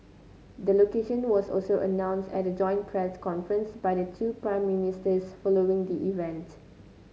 the location was also announced at a joint press conference by the two Prime Ministers following the event